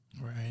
Right